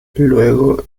luego